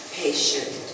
patient